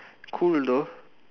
cool though